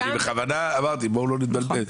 אני בכוונה אמרתי בואו לא נתבלבל.